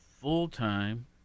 full-time